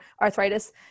arthritis